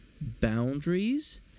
boundaries